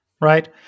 right